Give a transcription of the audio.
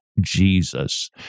Jesus